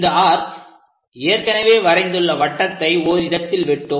இந்த ஆர்க் ஏற்கனவே வரைந்துள்ள வட்டத்தை ஓரிடத்தில் வெட்டும்